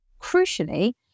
Crucially